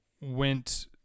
went